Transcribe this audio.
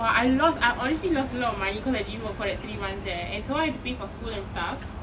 !wah! I lost I honestly lost a lot of money because I didn't work for like three months eh and some more have to pay for school and stuff